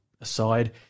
aside